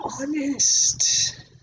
honest